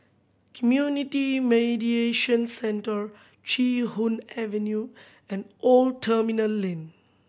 Community Mediation Centre Chee Hoon Avenue and Old Terminal Lane